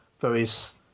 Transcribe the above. various